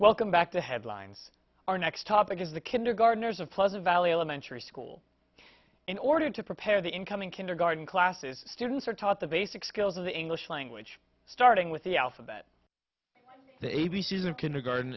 welcome back to headlines our next topic is the kindergarteners of pleasant valley elementary school in order to prepare the incoming kindergarten classes students are taught the basic skills of the english language starting with the alphabet the a b c s and kindergarten